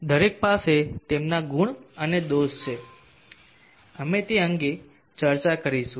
દરેક પાસે તેમના ગુણ અને દોષ છે અમે તે અંગે ચર્ચા કરીશું